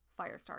Firestar